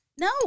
No